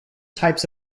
types